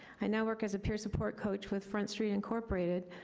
i now work as a peer support coach with front st, incorporated.